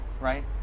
right